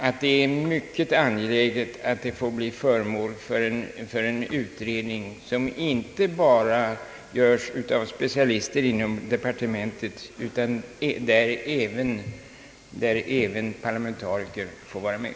Det är därför mycket angeläget att de får bli föremål för en utredning, som inte bara utförs av specialister inom departementet, utan där även parlamentariker får vara med.